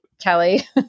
kelly